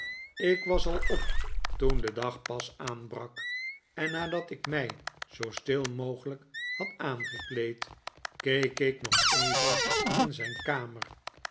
ik was al op toen de dag pas aanbrak en nadat ik mij zoo stil mogelijk had aangekleed keek ik nog even in zijn kamer